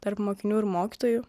tarp mokinių ir mokytojų